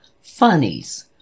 funnies